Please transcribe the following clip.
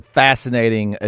fascinating